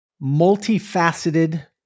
multifaceted